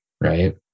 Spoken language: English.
right